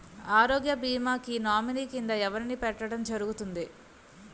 ఆరోగ్య భీమా కి నామినీ కిందా ఎవరిని పెట్టడం జరుగతుంది?